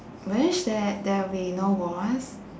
wish that there will be no wars